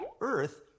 Earth